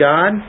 God